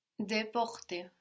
Deporte